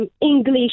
English